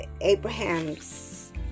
Abraham's